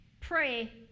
pray